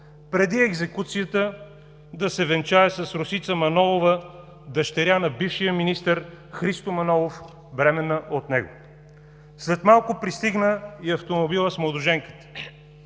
преди екзекуцията да се венчае с Росица Манолова – дъщеря на бившия министър Христо Манолов, бременна от него. След малко пристигна и автомобилът с младоженката,